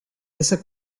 esa